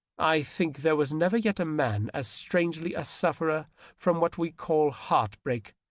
i think there was never yet a man as strangely a sufferer from what we call heart-break,